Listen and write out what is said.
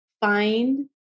find